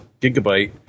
Gigabyte